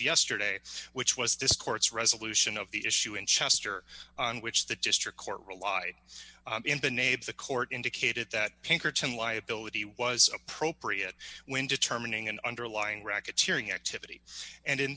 yesterday which was this court's resolution of the issue in chester on which the district court relied in the navy the court indicated that pinkerton liability was appropriate when determining an underlying racketeering activity and in